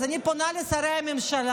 אז אני פונה לשרי הממשלה: